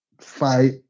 fight